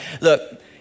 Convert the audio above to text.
Look